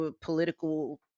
political